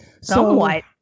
Somewhat